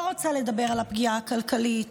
לא רוצה לדבר על הפגיעה הכלכלית